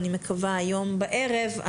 אני מקווה היום בערב,